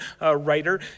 writer